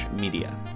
media